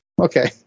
Okay